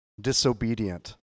disobedient